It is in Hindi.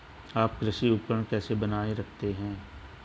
आप कृषि उपकरण कैसे बनाए रखते हैं?